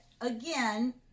again